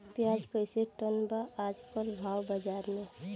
प्याज कइसे टन बा आज कल भाव बाज़ार मे?